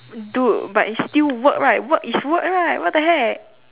dude but it's still work right work is work right what the heck